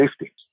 safety